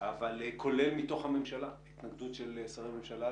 וכולל מתוך הממשלה התנגדות של שרי ממשלה,